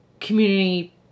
community